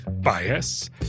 bias